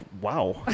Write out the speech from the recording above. wow